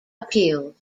appealed